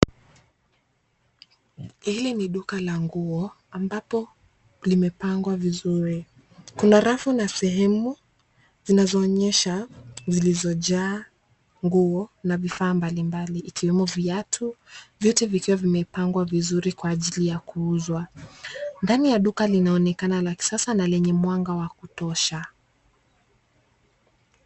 Hili ni duka la nguo, ambapo limepangwa vizuri. Kuna rafu na sehemu zinazoonyesha, zilizojaa nguo na vifaa mbalimbali ikiwemo viatu, vyote vikiwa vimepangwa vizuri kwa ajili ya kuuzwa. Ndani ya duka linaonekana la kisasa na lenye mwanga wa kutosha.